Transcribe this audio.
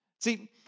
See